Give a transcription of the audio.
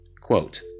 quote